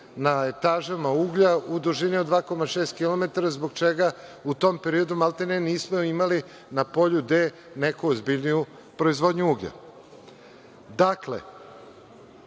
na etažama uglja u dužini od 2,6 km zbog čega u tom periodu maltene nismo imali na polju D neku ozbiljniju proizvodnju uglja. Dakle,